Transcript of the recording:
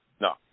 No